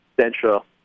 central